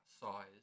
size